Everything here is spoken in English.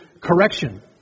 correction